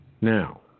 Now